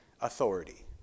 authority